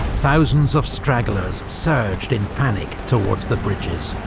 thousands of stragglers surged in panic towards the bridges.